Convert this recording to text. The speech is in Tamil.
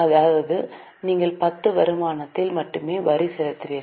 அதாவது நீங்கள் 10 வருமானத்தில் மட்டுமே வரி செலுத்துவீர்கள்